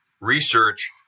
research